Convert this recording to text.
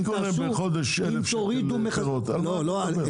אני קונה בחדש 1,000 פירות, על מה אתה מדבר?